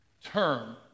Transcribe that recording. term